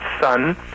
son